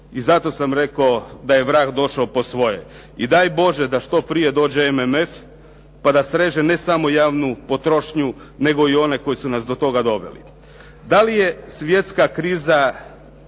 I zato sam rekao da je vrag došao po svoje. I daj Bože da što prije dođe MMF, pa da sreže ne samo javnu potrošnju, nego i one koji su nas do toga i doveli. Da li je svjetska kriza